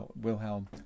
Wilhelm